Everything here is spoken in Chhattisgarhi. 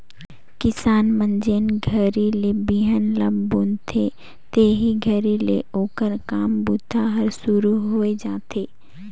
किसान मन जेन घरी ले बिहन ल बुनथे तेही घरी ले ओकर काम बूता हर सुरू होए जाथे